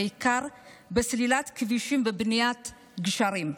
בעיקר בסלילת כבישים ובבניית גשרים.